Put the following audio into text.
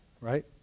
right